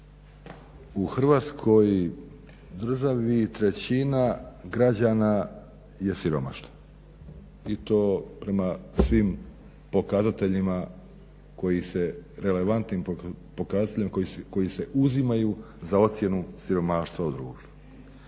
U Hrvatskoj državi trećina građana je siromašna i to prema svim pokazateljima koji se relevantnim pokazateljima koji se uzimaju za ocjenu siromaštva u društvu.